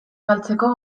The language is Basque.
galtzeko